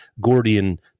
Gordian